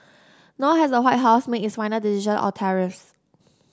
nor has the White House made its final decision or tariffs